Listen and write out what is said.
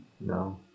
No